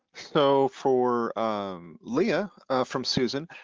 so for leah from susan.